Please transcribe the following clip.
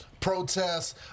protests